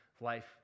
life